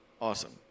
awesome